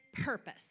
purpose